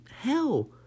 hell